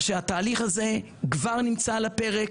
התהליך הזה כבר נמצא על הפרק,